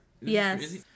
Yes